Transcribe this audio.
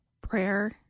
prayer